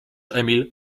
emil